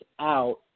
out